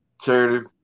charity